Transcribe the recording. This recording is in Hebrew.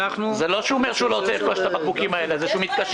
זה לא שהוא אומר שהוא לא רוצה לרכוש את הבקבוקים האלה אלא הוא מתקשר